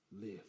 live